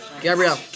Gabrielle